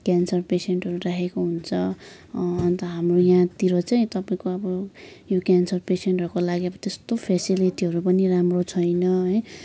cancer पेसेन्टहरू राखेको हुन्छ अन्त हाम्रो यहाँतिर चाहिँ तपाईँको अब यो क्यान्सर पेसेन्टहरूको लागि अब त्यस्तो फ्यासिलिटीहरू पनि राम्रो छैन है